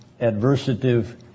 adversative